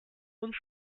uns